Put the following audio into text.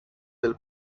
del